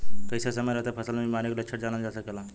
कइसे समय रहते फसल में बिमारी के लक्षण जानल जा सकेला?